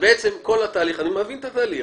אני מבין את התהליך.